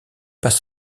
passe